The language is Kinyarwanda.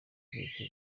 igihe